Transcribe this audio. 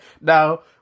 Now